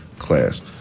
Class